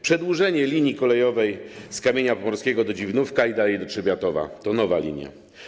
Przedłużenie linii kolejowej z Kamienia Pomorskiego do Dziwnówka i dalej do Trzebiatowa - to nowa linia.